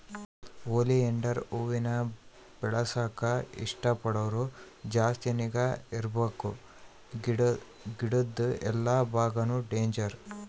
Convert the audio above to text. oleander ಹೂವಾನ ಬೆಳೆಸಾಕ ಇಷ್ಟ ಪಡೋರು ಜಾಸ್ತಿ ನಿಗಾ ಇರ್ಬಕು ಗಿಡುದ್ ಎಲ್ಲಾ ಬಾಗಾನು ಡೇಂಜರ್